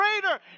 greater